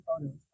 photos